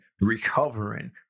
recovering